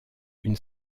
une